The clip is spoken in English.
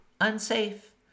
unsafe